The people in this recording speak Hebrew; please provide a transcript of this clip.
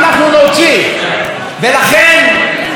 למרות דבריו של ראש הממשלה,